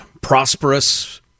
prosperous